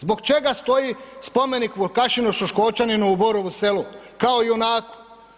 Zbog čega stoji spomenik Vukašinu Šoškočaninu u Borovu selu kao junaku?